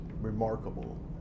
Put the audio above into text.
remarkable